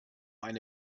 eine